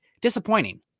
disappointing